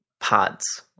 pods